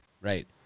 right